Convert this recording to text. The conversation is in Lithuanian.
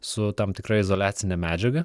su tam tikra izoliacine medžiaga